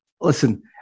listen